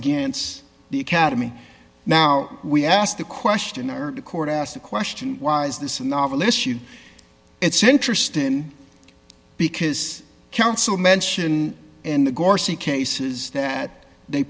against the academy now we asked the question or the court asked the question why is this a novel issue it's interesting because counsel mention in the garci cases that they